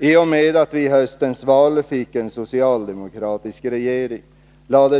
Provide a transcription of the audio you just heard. I och med höstens val fick vi ju en socialdemokratisk regering.